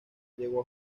llegó